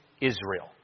Israel